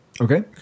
Okay